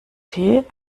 tee